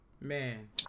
Man